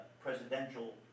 presidential